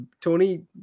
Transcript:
Tony